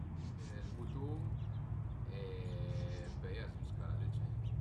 Z-gnache ël butun e pöi a së visca la lücce